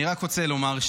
אני רק רוצה לומר,